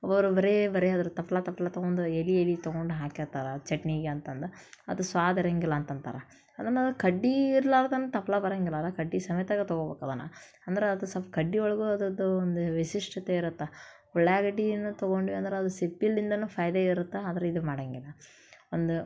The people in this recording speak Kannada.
ಒಬ್ಬೊಬ್ರು ಬರೇ ಬರೇ ಅದ್ರ ತಪ್ಲು ತಪ್ಲು ತಗೊಂಡು ಎಲೆ ಎಲೆ ತಗೊಂಡು ಹಾಕಿರ್ತಾರೆ ಚಟ್ನಿಗೆ ಅಂತಂದು ಅದು ಸ್ವಾದ ಅರಿಯಂಗಿಲ್ಲ ಅಂತ ಅಂತಾರೆ ಅದನ್ನು ಕಡ್ಡಿ ಇರ್ಲಾರ್ದೇನ ತಪ್ಲು ಬರಂಗಿಲ್ಲಲ್ಲ ಕಡ್ಡಿ ಸಮೇತ ತಗೊಬೇಕು ಅದನ್ನು ಅಂದ್ರೆ ಅದು ಸಲ್ಪ್ ಕಡ್ಡಿ ಒಳಗೂ ಅದರದ್ದು ಒಂದು ವಿಶಿಷ್ಟತೆ ಇರತ್ತೆ ಉಳ್ಳಾಗಡ್ಡಿ ಏನು ತಗೊಂಡ್ವಿ ಅಂದ್ರೆ ಅದು ಸಿಪ್ಪಿಲ್ಲಿಂದಲೂ ಫಾಯ್ದೆ ಇರುತ್ತೆ ಆದ್ರೆ ಇದು ಮಾಡಂಗಿಲ್ಲ ಒಂದು